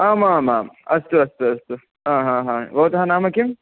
आमामाम् अस्तु अस्तु अस्तु हा हा हा भवतः नाम किं